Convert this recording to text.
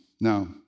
Now